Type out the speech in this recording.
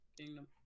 Kingdom